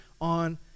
on